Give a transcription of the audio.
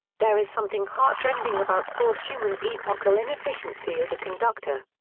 there is something heartrending about poor schumann's epochal inefficiency as a conductor.